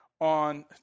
on